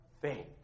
faith